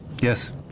Yes